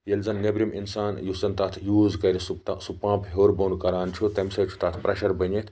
ییٚلہِ زَن نٮ۪برِم اِنسان یُس زَن تَتھ یوٗز کَرِ سُہ تَتھ سُہ پَمپ ہیٚور بوٚن کَران چھُ تمہِ سۭتۍ چھُ تَتھ پریٚشَر بٔنِتھ